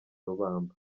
rubamba